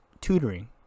tutoring